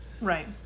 Right